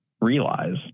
realize